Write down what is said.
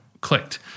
clicked